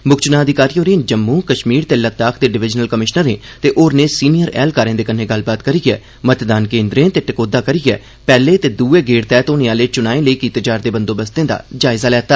मुक्ख चुनां अधिकारी होरें जम्मू कश्मीर ते लद्दाख दे डिवीजनल कमिशनरें ते होरनें सीनियर ऐहलकारें दे कन्नै गल्लबात करियै मतदान केन्द्रें ते टकोह्दा करियै पैहले ते दुए गेड़ तैह्त होने आहले चुनाए लेई कीते जा'रदे बंदोबस्तें दा जायजा लैता